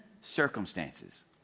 circumstances